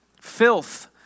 Filth